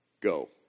Go